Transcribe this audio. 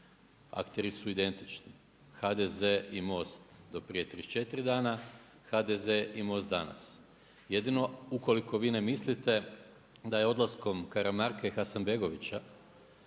Akteri su identični, HDZ i MOST do prije 34 dana, HDZ i MOST danas. Jedino ukoliko vi ne mislite da je odlaskom Karamarka i Hasanbegovića